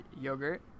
yogurt